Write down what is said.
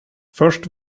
först